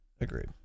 Agreed